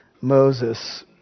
Moses